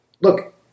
Look